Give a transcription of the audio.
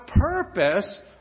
purpose